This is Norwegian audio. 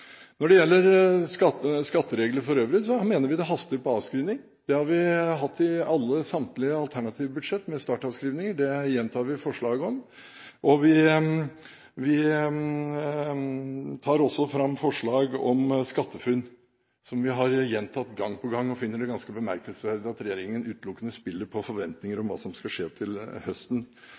Når det gjelder skatteregler for øvrig, mener vi det haster med hensyn til avskrivning. Det har vi hatt i samtlige alternative budsjett med startavskrivninger, det gjentar vi forslag om. Vi tar også fram forslag om SkatteFUNN, som vi har gjentatt gang på gang, og vi finner det ganske bemerkelsesverdig at regjeringen utelukkende spiller på forventninger om hva som skal skje til høsten.